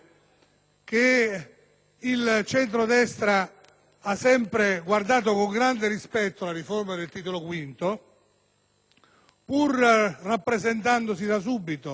che il centrodestra ha sempre guardato con grande rispetto alla riforma del Titolo V, pur rappresentandosi da subito